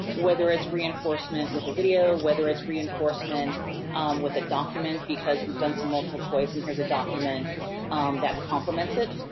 whether it's reinforcement with a video, whether it's reinforcement with a document, because we've done some multiple choice and here's a document that compliments it.